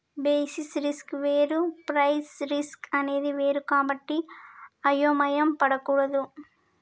basis risk వేరు price risk అనేది వేరు కాబట్టి అయోమయం పడకూడదు